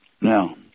Now